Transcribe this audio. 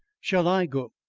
shall i go?